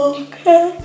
okay